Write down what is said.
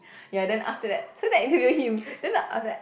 ya then after that so they interview him then the after that